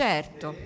Certo